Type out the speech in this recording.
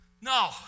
No